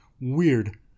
Weird